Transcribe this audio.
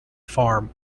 farm